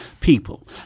people